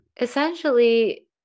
essentially